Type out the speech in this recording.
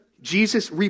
Jesus